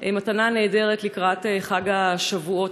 מתנה נהדרת לקראת חג השבועות.